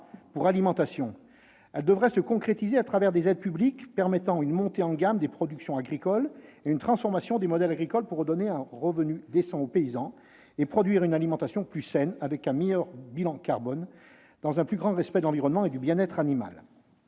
pour « alimentation ». Elle devrait se concrétiser à travers des aides publiques permettant une montée en gamme des productions agricoles et une transformation des modèles agricoles, cela afin de redonner un revenu décent aux paysans et de produire une alimentation plus saine, assortie d'un meilleur bilan carbone, dans des conditions respectant davantage l'environnement et le bien-être animal.